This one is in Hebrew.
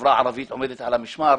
החברה הערבית עומדת על המשמר